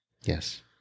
Yes